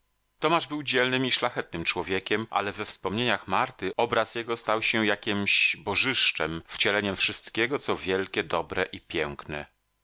tomasz był dzielnym i szlachetnym człowiekiem ale we wspomnieniach marty obraz jego stał się jakiemś bożyszczem wcieleniem wszystkiego co wielkie dobre i piękne